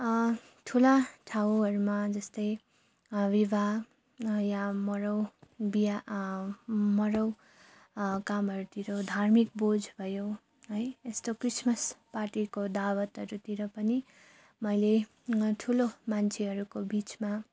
ठुला ठाउँहरूमा जस्तै विवाह वा मरौ बिहा मरौ कामहरूतिर धार्मिक बोझ भयो है यस्तो क्रिसमस पार्टीको दावतहरूतिर पनि मैले म ठुलो मान्छेहरूको बिचमा